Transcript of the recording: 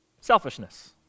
selfishness